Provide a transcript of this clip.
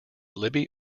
libby